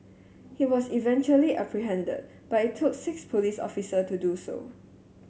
he was eventually apprehended but it took six police officer to do so